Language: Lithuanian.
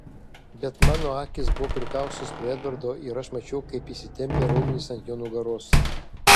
bet mano akys buvo prikaustytos prie edvardo ir aš mačiau kaip įsitempę raumenys ant jo nugaros